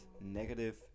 negative